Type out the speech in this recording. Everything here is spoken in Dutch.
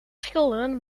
schilderen